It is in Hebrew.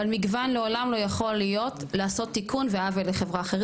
אבל מגוון לעולם לא יכול לעשות תיקון ועוול לחברה אחרת,